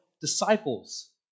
Disciples